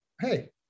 Hey